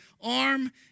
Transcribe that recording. arm